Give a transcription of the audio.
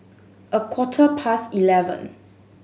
a quarter past eleven